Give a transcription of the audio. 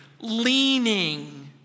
leaning